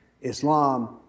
Islam